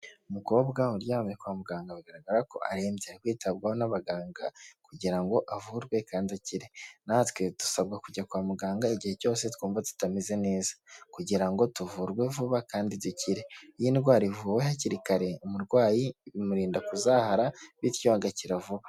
Umukobwa uryamye kwa muganga bigaragara ko arembye, ari kwitabwaho n'abaganga kugira ngo avurwe kandi aakire natwe dusabwa kujya kwa muganga igihe cyose twumva tutameze neza kugira ngo tuvurwe vuba kandi dukire, iyi ndwara ivuwe hakiri kare umurwayi bimurinda kuzahara bityo agakira vuba.